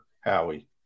Howie